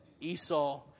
Esau